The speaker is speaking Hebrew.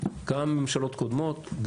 גם בממשלות קודמות,